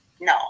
No